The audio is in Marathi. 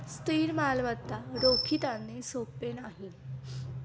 स्थिर मालमत्ता रोखीत आणणे सोपे नाही